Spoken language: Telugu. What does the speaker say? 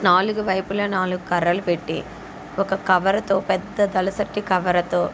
నాలుగు వైపులా నాలుగు కర్రలు పెట్టి ఒక కవరుతో పెద్ద దళసరిటి కవరుతో